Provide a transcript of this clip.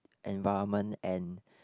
environment and